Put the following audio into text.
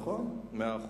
נכון, מאה אחוז.